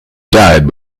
died